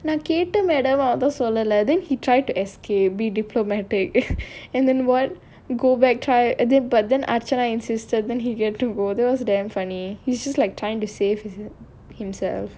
நான் கேட்டேன் ஆனா சொல்லல:naan ketaen aanaa sollala then he tried to be diplomatic and then [what] go back try uh but then archana insisted then he get to go that was damn funny he's just like trying to save hi~ himself